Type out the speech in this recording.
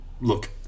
Look